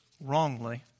wrongly